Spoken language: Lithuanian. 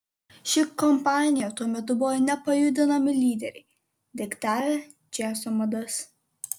ši kompanija tuo metu buvo nepajudinami lyderiai diktavę džiazo madas